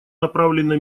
направлена